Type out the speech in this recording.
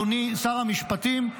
אדוני שר המשפטים,